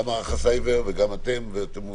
גם מערך הסייבר וגם אתם.